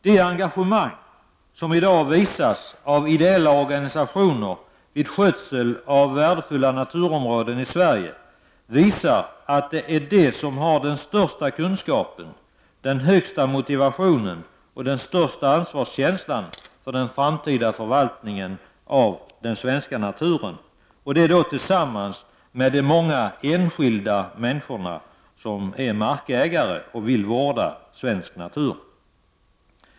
Det engagemang som i dag visas av ideella organisationer vid skötsel av värdefulla naturområden i Sverige ger vid handen att det är de som har den största kunskapen, den största motivationen och den största ansvarskänslan för den framtida förvaltningen av den svenska naturen. Detta engagemang delar de med många enskilda människor som är markägare och vill vårda svensk natur.